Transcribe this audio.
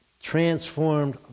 transformed